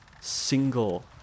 single